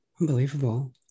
Unbelievable